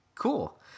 Cool